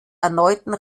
erneuten